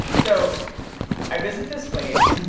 so i visit this place,